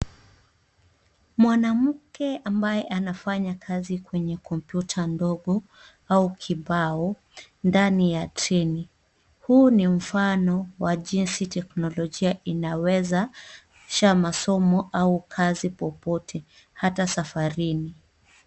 Mwanamke ambaye anafanya kazi kwenye kompyuta ndogo au kibao ndani ya treni. Huu ni mfano wa jinsi teknolojia inaweza rahisisha masomo au kazi popote hata safarini.